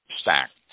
stacked